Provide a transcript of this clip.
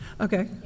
Okay